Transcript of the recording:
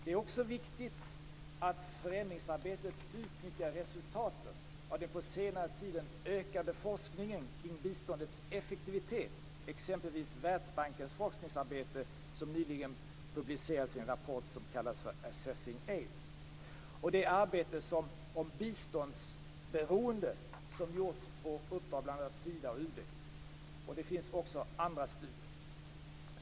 Det är också viktigt att i förändringsarbetet utnyttja resultaten av den på senare tid ökande forskningen kring biståndets effektivitet, exempelvis Världsbankens forskningsarbete, som nyligen publicerat sin rapport "Assessing Aid", och det arbete om biståndsberoende som gjorts på uppdrag av bl.a. Sida och UD. Det finns också andra studier.